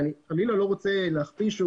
אני חלילה לא רוצה להכפיש.